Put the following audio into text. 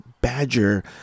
Badger